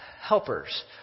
helpers